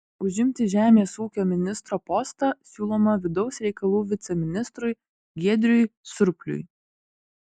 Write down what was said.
užimti žemės ūkio ministro postą siūloma vidaus reikalų viceministrui giedriui surpliui